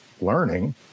learning